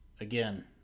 again